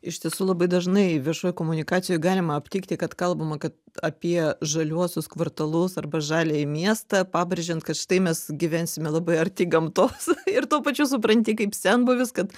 iš tiesų labai dažnai viešoj komunikacijoj galima aptikti kad kalbama kad apie žaliuosius kvartalus arba žaliąjį miestą pabrėžiant kad štai mes gyvensime labai arti gamtos ir tuo pačiu supranti kaip senbuvis kad